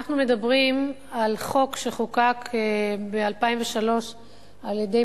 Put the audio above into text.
אנחנו מדברים על חוק שחוקק ב-2003 על-ידי